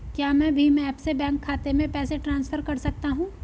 क्या मैं भीम ऐप से बैंक खाते में पैसे ट्रांसफर कर सकता हूँ?